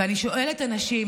ואני שואלת אנשים,